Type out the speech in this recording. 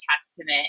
testament